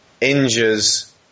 injures